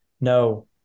No